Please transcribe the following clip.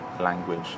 language